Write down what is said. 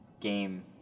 game